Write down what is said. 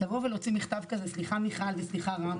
לבוא ולהוציא מכתב כזה, סליחה מיכל וסליחה רם